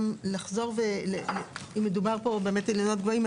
אם מדובר פה על אילנות גבוהים,